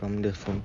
from the phone